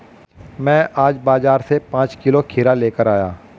मैं आज बाजार से पांच किलो खीरा लेकर आया